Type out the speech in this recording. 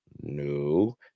No